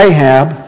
Ahab